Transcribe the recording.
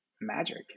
magic